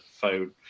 phone